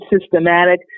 systematic